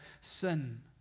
sin